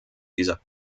dieser